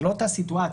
זו לא אותה סיטואציה,